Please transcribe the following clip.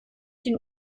den